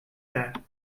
that